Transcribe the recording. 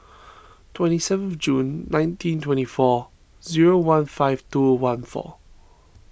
twenty seven June nineteen twenty four zero one five two one four